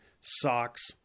socks